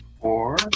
Four